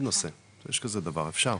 אתה לומד נושא, יש כזה דבר, אפשר,